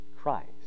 Christ